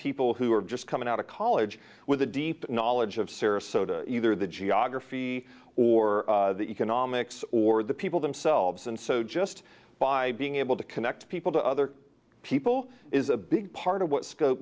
people who are just coming out of college with a deep knowledge of sarasota either the geography or economics or the people themselves and so just by being able to connect people to other people is a big part of what scope